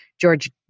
George